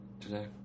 today